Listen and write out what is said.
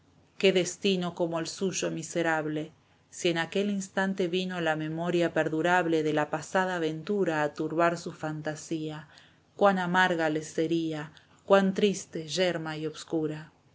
qué destino como el suyo miserable si en aquel instante vino la memoria perdurable de la pasada ventura a turbar su fantasía cuan amarga les sería cuan triste yerma y oscura